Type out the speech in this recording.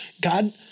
God